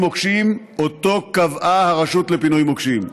מוקשים שקבעה הרשות לפינוי מוקשים.